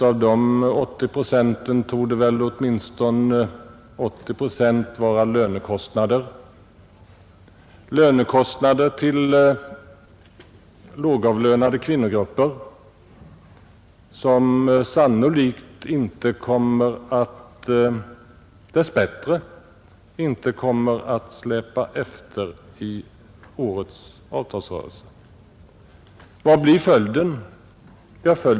Av de 80 procenten torde i sin tur 80 procent vara lönekostnader — lönekostnader för lågavlönade kvinnogrupper, som dess bättre sannolikt inte kommer att släpa efter i årets avtalsrörelse. Vad blir följden?